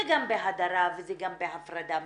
זה גם בהדרה, וזה גם בהפרדה מיגדרית,